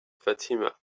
fatima